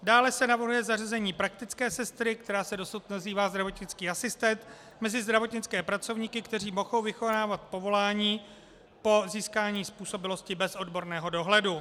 Dále se navrhuje zařazení praktické sestry, která se dosud nazývá zdravotnický asistent, mezi zdravotnické pracovníky, kteří mohou vykonávat povolání po získání způsobilosti bez odborného dohledu.